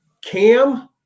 Cam